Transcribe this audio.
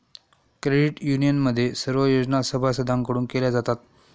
credit युनियनमध्ये सर्व योजना सभासदांकडून केल्या जातात